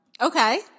Okay